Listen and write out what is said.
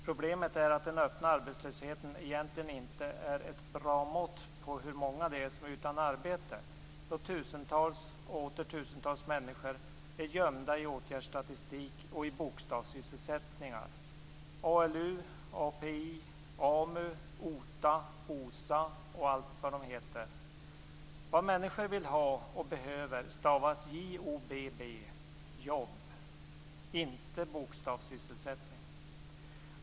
Problemet är att den öppna arbetslösheten egentligen inte är ett bra mått på hur många som är utan arbete, då tusentals och åter tusentals människor är gömda i åtgärdsstatistik och i bokstavssysselsättningar - ALU, API, AMU, OTA, OSA och allt vad de heter. Vad människor vill ha och behöver stavas j-o-b-b, jobb, inte någon bokstavssysselsättning.